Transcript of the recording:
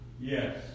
Yes